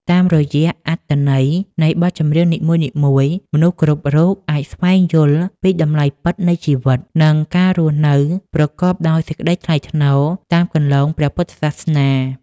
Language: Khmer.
តាមរយៈអត្ថន័យនៃបទចម្រៀងនីមួយៗ មនុស្សគ្រប់រូបអាចស្វែងយល់ពីតម្លៃពិតនៃជីវិត និងការរស់នៅប្រកបដោយសេចក្តីថ្លៃថ្នូរតាមគន្លងព្រះពុទ្ធសាសនា។